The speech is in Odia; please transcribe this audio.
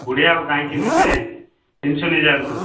କୋଡ଼ିଏ ଆଉ କାହିଁକି ନେବେ ତିନିଶହ ନେଇଯାନ୍ତୁ